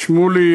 שמולי,